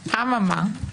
אממה,